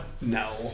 No